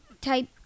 type